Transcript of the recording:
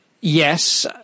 Yes